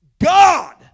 God